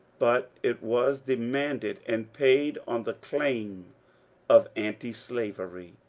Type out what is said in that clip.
but it was demanded and paid on the claim of antislavery.